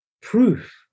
proof